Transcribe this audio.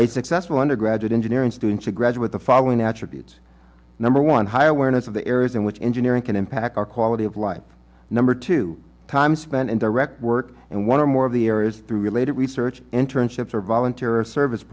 a successful undergraduate engineering student to graduate the following attributes number one high awareness of the areas in which engineering can impact our quality of life number two time spent in direct work and one or more of the areas through related research internships or volunteer service